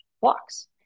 blocks